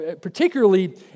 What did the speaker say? particularly